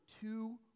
two